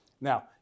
Now